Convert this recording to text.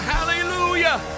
Hallelujah